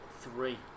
three